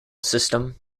system